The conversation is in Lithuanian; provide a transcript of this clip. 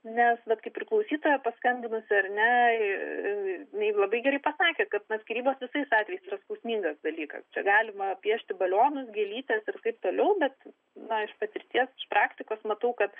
nes vat kaip ir klausytoja paskambinusi ar ne jinai labai gerai pasakė kad vat skyrybos visais atvejais yra skausmingas dalykas čia galima piešti balionus gėlytes ir taip toliau bet na iš patirties praktikos matau kad